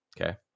Okay